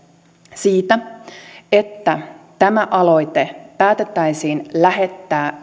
siitä että tämä aloite päätettäisiin lähettää